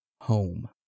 home